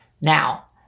Now